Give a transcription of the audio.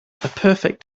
perfect